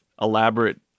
elaborate